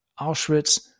Auschwitz